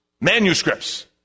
manuscripts